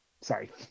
Sorry